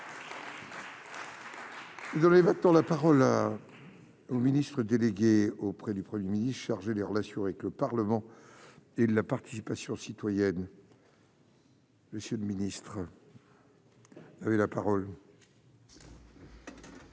Vous avez maintenant la parole à au ministre délégué auprès du 1er mini-chargé des relations avec le Parlement et la participation citoyenne. Monsieur le ministre. Avez la parole.